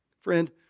friend